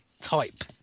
type